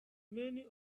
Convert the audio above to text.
many